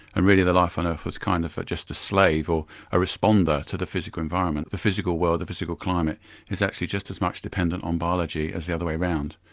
and really the life on earth was kind of just a slave or responder to the physical environment. the physical world, the physical climate is actually just as much dependant on biology as the other way around,